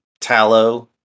tallow